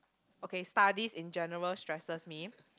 okay studies in general stresses me